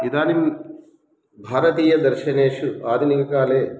इदानीं भारतीयदर्शनेषु आधुनिककाले